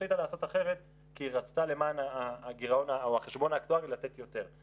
החליטה לעשות אחרת כי היא רצתה למען החשבון האקטוארי לתת יותר,